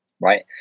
Right